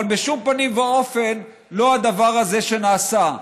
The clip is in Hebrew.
אבל בשום פנים ואופן לא הדבר הזה שנעשה,